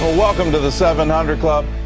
welcome to the seven hundred club.